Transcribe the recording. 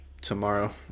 tomorrow